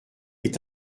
est